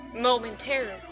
momentarily